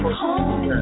home